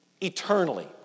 eternally